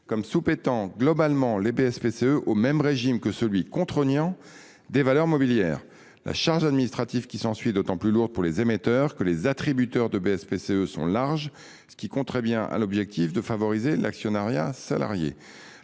comme soumettant globalement les BSPCE au même régime que celui, contraignant, des valeurs mobilières. La charge administrative qui s’ensuit est d’autant plus lourde pour les émetteurs que les attributeurs de BSPCE sont larges, ce qui contrevient à l’objectif de favoriser l’actionnariat salarié.